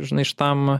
žinai šitam